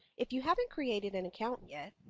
if you haven't created an account yet,